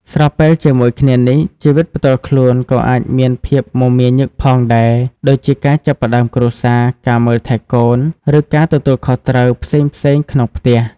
ស្របពេលជាមួយគ្នានេះ ជីវិតផ្ទាល់ខ្លួនក៏អាចមានភាពមមាញឹកផងដែរ ដូចជាការចាប់ផ្តើមគ្រួសារ ការមើលថែកូន ឬការទទួលខុសត្រូវផ្សេងៗក្នុងផ្ទះ។